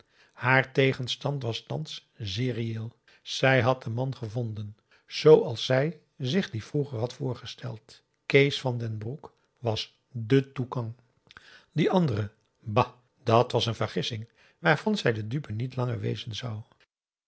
haar tegenstand was thans zeer reëel zij had den man gevonden zooals zij zich dien vroeger had voorgesteld kees van den broek was de toekang die andere bah dat was een vergissing waarvan zij de dupe niet langer wezen zou